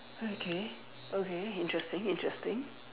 okay okay interesting interesting